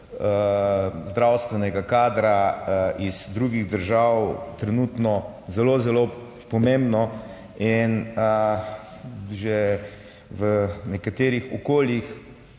zdravstvenega kadra iz drugih držav trenutno zelo, zelo pomembno. In že v nekaterih okoljih